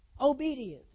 obedience